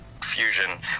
Fusion